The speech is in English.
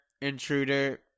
intruder